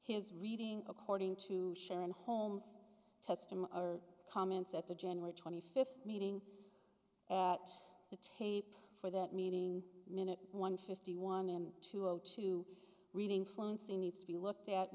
his reading according to sharon holmes test him or comments at the january twenty fifth meeting at the tape for that meeting minute one fifty one and two zero two reading fluency needs to be looked at